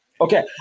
Okay